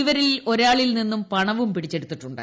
ഇവരിൽ ഒരാളിൽ നിന്നും പണവും പിടിച്ചെടുത്തിട്ടുണ്ട്